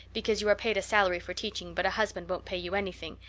because you are paid a salary for teaching, but a husband won't pay you anything,